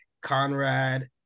Conrad